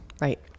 Right